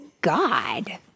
God